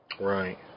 Right